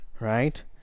right